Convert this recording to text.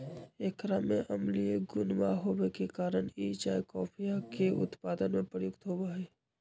एकरा में अम्लीय गुणवा होवे के कारण ई चाय कॉफीया के उत्पादन में प्रयुक्त होवा हई